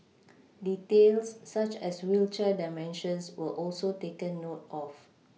details such as wheelchair dimensions were also taken note of